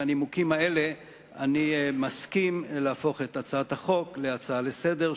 מהנימוקים האלה אני מסכים להפוך את הצעת החוק להצעה לסדר-היום,